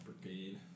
brigade